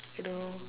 I don't know